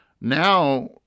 now